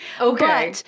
Okay